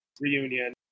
Reunion